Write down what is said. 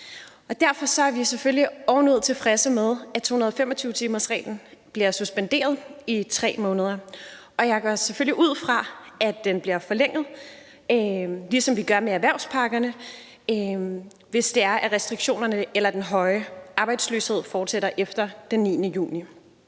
Derfor er vi selvfølgelig ovenud tilfredse med, at 225-timersreglen bliver suspenderet i 3 måneder, og jeg går selvfølgelig ud fra, at dette bliver forlænget, ligesom vi gør det med erhvervspakkerne, hvis det er, at restriktionerne eller den høje arbejdsløshed fortsætter efter den 9. juni.